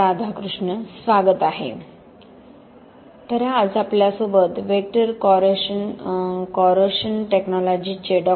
राधाकृष्ण तर आज आपल्या सोबत व्हेक्टर कॉरोशन टेक्नॉलॉजीजचे डॉ